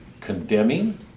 condemning